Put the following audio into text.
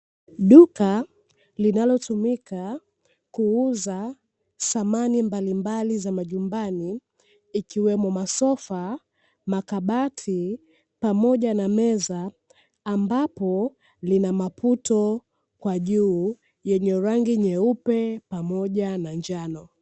Duka linalotumika kuuza samani mbalimbali za majumbani ikiwemo: masofa, makabati, pamoja na meza, ambapo lina maputo kwa juu, yenye rangi nyeupe pamoja na njano.